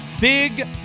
big